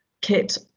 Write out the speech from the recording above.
kit